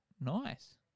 Nice